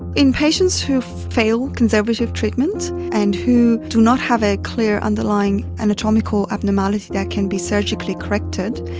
in patients who fail conservative treatment and who do not have a clear underlying anatomical abnormality that can be surgically corrected,